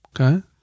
Okay